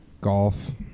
Golf